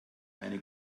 eine